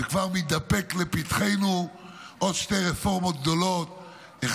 וכבר מונחות לפתחנו עוד שתי רפורמות גדולות,